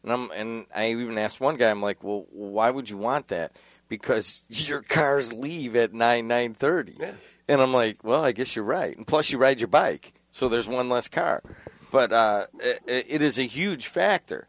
here and i even asked one guy i'm like well why would you want that because your cars leave at nine thirty and i'm like well i guess you're right and plus you ride your bike so there's one less car but it is a huge factor